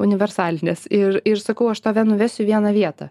universalinės ir ir sakau aš tave nuvesiu į vieną vietą